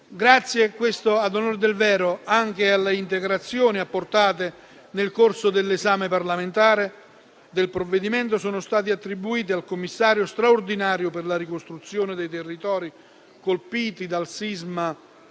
civile. Ad onor del vero, grazie alle integrazioni apportate nel corso dell'esame parlamentare del provvedimento, sono stati attribuiti al commissario straordinario per la ricostruzione dei territori colpiti dal sisma